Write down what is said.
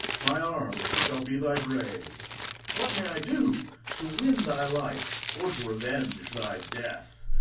my arms shall be thy grave what may i do to win thy life, or to revenge thy death?